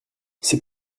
ses